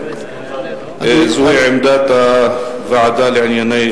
שזוהי עמדת הוועדה לענייני,